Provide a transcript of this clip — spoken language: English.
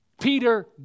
Peter